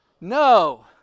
No